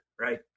right